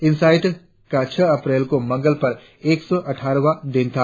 insight का छह अप्रैल को मंगल पर एक सौ अटठाईसवां दिन था